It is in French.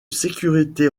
sécurité